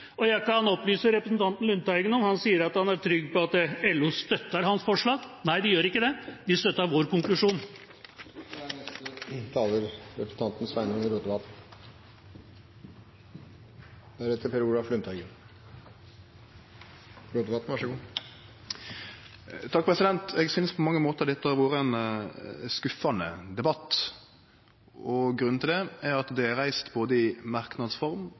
Representanten Lundteigen sier at han er trygg på at LO støtter hans forslag. Jeg kan opplyse om at nei, de gjør ikke det. De støtter vår konklusjon. Eg synest på mange måtar dette har vore ein skuffande debatt. Grunnen til det er at det er reist både i merknadsform